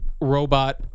robot